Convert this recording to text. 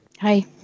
Hi